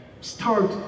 start